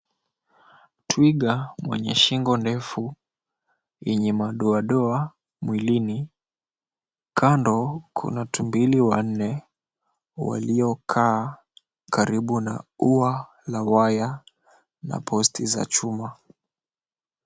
Twiga mwenye shingo ndefu yenye madoa doa mwilini, kando kuna tumbili wanne waliokaa karibu na uwa la waya na posti za chuma.